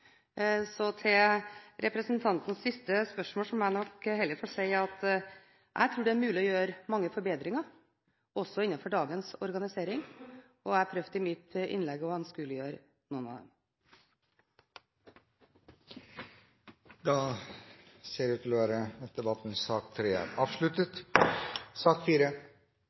Så til representantens siste spørsmål må jeg nok heller få si at jeg tror det er mulig å gjøre mange forbedringer også innenfor dagens organisering, og jeg prøvde i mitt innlegg å anskueliggjøre noen av dem. Flere har ikke bedt om ordet til